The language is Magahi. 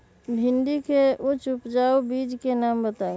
भिंडी के उच्च उपजाऊ बीज के नाम बताऊ?